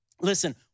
listen